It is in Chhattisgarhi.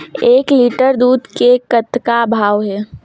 एक लिटर दूध के कतका भाव हे?